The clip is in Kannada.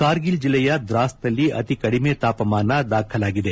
ಕಾರ್ಗಿಲ್ ಜಿಲ್ಲೆಯ ದ್ರಾಸ್ನಲ್ಲಿ ಅತಿ ಕಡಿಮೆ ತಾಪಮಾನ ದಾಖಲಾಗಿದೆ